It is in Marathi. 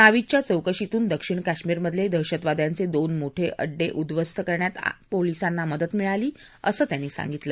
नावीदच्या चौकशीतून दक्षिण कश्मीरमधले दहशतवाद्यांचे दोन मोठे अड्डे उद्ध्वस्त करण्यात पोलिसांना मदत मिळाली असं त्यांनी सांगितलं